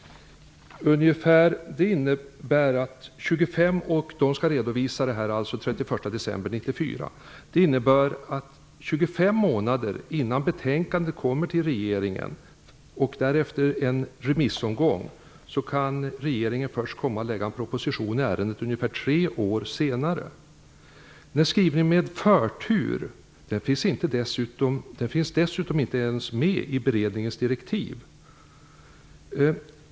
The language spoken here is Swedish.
Den skall redovisa detta se nast den 31 december 1994. Det innebär att 25 månader går innan betänkandet kommer till rege ringen. Därefter är det dags för en remissomgång. Regeringen kan därför komma att lägga en pro position i ärendet först ungefär tre år senare. Den här skrivningen om förtur finns dessutom inte ens med i beredningens direktiv.